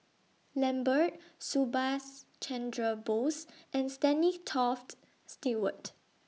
Lambert Subhas Chandra Bose and Stanley Toft Stewart